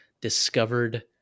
discovered